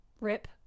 Rip